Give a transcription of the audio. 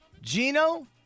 Gino